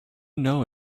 know